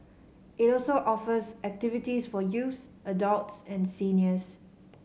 it also offers activities for youths adults and seniors